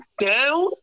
down